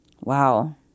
Wow